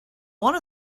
one